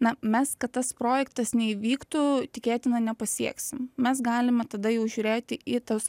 na mes kad tas projektas neįvyktų tikėtina nepasieksim mes galime tada jau žiūrėti į tas